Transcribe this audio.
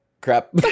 crap